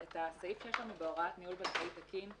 את הסעיף שיש לנו בהוראת ניהול בנקאי תקין,